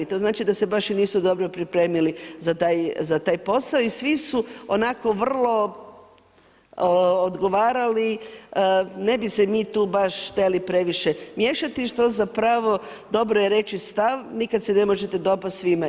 To znači da se baš i nisu dobro pripremili za taj posao i svi su onako vrlo odgovarali, ne bi se mi tu baš šteli previše miješati što zapravo dobro je reći stav, nikad se ne možete dopast svima.